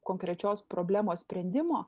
konkrečios problemos sprendimo